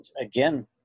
again